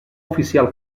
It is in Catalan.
oficial